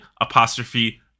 apostrophe